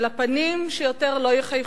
של הפנים שיותר לא יחייכו,